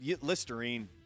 Listerine